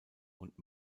und